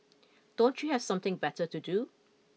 don't you have something better to do